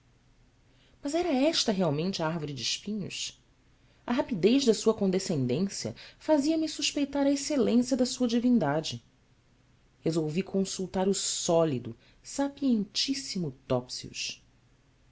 mas era esta realmente a árvore de espinhos a rapidez da sua condescendência fazia-me suspeitar a excelência da sua divindade resolvi consultar o sólido sapientíssimo